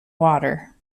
water